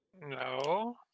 No